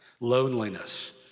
loneliness